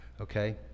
Okay